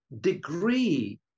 degree